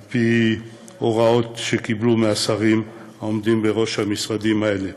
על פי הוראות שקיבלו מהשרים העומדים בראש המשרדים האלה.